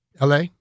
LA